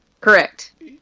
Correct